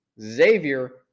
Xavier